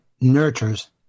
nurtures